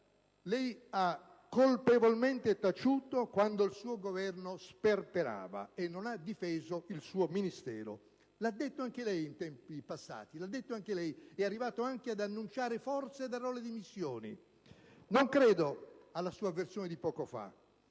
lei ha colpevolmente taciuto quando il suo Governo sperperava e non ha difeso il suo Ministero. Lo ha detto anche lei in tempi passati, arrivando anche ad annunciare che forse si sarebbe dimesso. Non credo alla sua versione di poco fa,